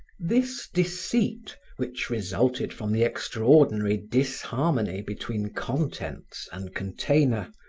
this deceit which resulted from the extraordinary disharmony between contents and container,